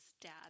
dad